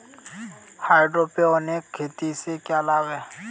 Hydroponic खेती से क्या लाभ हैं?